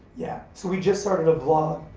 yeah, so we just started a vlog,